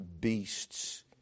beasts